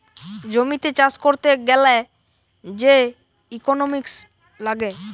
জমিতে চাষ করতে গ্যালে যে ইকোনোমিক্স লাগে